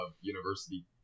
university